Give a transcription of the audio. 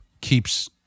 keeps –